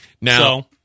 Now